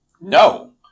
No